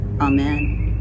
Amen